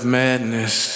madness